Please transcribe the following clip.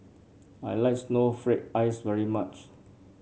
I like Snowflake Ice very much